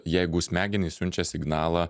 jeigu smegenys siunčia signalą